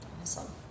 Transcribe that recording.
Awesome